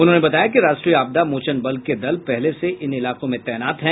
उन्होंने बताया कि राष्ट्रीय आपदा मोचन बल के दल पहले से ही इन इलाकों में तैनात हैं